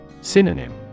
Synonym